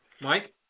Mike